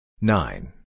Nine